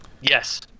Yes